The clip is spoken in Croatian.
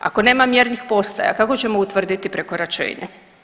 Ako nema mjernih postaja, kako ćemo utvrditi prekoračenje.